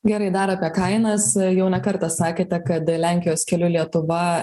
gerai dar apie kainas jau ne kartą sakėte kad lenkijos keliu lietuva